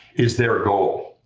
is their goal.